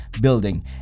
building